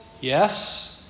Yes